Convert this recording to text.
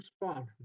respond